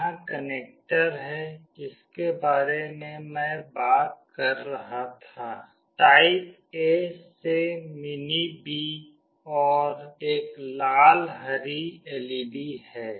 यहां कनेक्टर है जिसके बारे में मैं बात कर रही थी टाइप A से मिनी B और एक लाल हरी एलईडी है